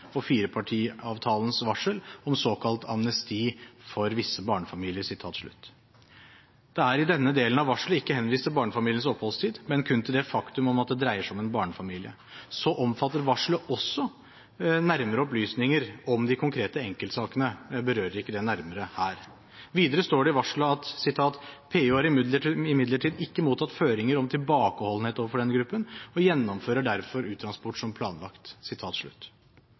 og Firepartiavtalens varsel om s.k. amnesti for visse barnefamilier.» Det er i denne delen av varselet ikke henvist til barnefamiliens oppholdstid, men kun til det faktum at det dreier seg om en barnefamilie. Så omfatter varselet også nærmere opplysninger om de konkrete enkeltsakene, men jeg berører ikke det nærmere her. Videre står det i varselet: «PU har imidlertid ikke mottatt føringer om tilbakeholdenhet overfor denne gruppen, og gjennomfører derfor uttransporter som planlagt.»